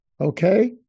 Okay